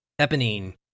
Eponine